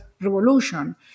Revolution